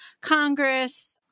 Congress